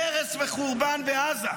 הרס וחורבן בעזה,